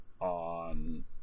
on